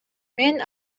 мен